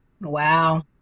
Wow